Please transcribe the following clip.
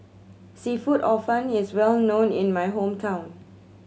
seafood Hor Fun is well known in my hometown